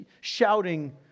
shouting